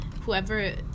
whoever